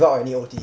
without any O_T